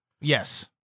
Yes